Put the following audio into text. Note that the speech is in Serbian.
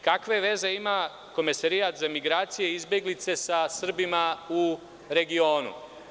Kakve veze ima Komesarijat za migracije i izbeglice sa Srbima u regionu?